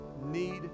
need